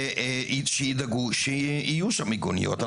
שידאגו שיהיו שם מיגוניות?